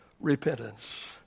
repentance